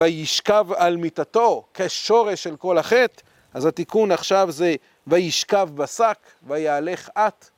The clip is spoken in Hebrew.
וישכב על מיטתו כשורש של כל החטא, אז התיקון עכשיו זה וישכב בשק ויהלך אט.